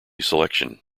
selection